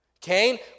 Cain